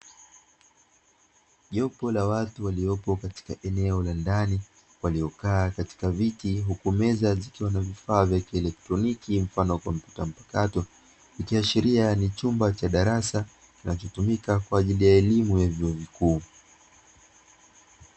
Jopo la watu waliopo katika eneo la ndani waliokaa katika viti huku meza zikiwa na vifaa vya kielektroniki mfano kompyuta mpakato, ikiashiria ni chumba cha darasa na kinachotumika kwa ajili ya elimu ya vyuo vikuu.